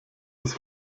des